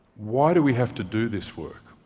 why do we have to do this work?